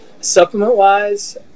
Supplement-wise